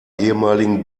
ehemaligen